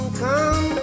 come